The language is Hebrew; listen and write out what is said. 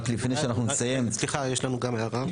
סליחה, יש לנו גם הערה.